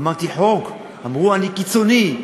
אמרתי: חוק, אמרו שאני קיצוני.